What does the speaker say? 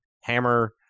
hammer